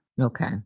Okay